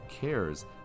cares